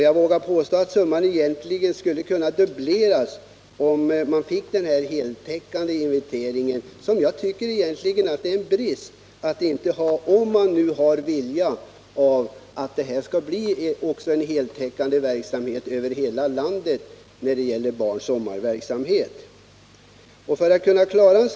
Jag vågar påstå att summan egentligen skulle kunna dubbleras, om man fick till stånd en heltäckande inventering, vilket jag tycker egentligen är en brist att vi inte har om man nu vill att den här verksamheten när det gäller barns sommarvistelse skall täcka hela landet.